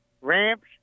ramps